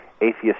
Atheist